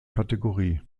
kategorie